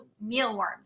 mealworms